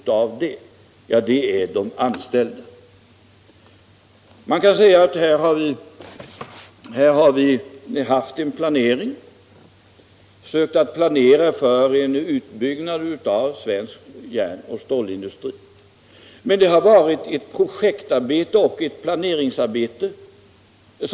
Jo, det är inte minst de anställda och deras familjer. Planeringen för en utbyggnad av svensk järnoch stålindustri med Stålverk 80 har hittills varit ett projekteringsarbete.